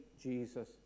Jesus